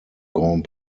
grand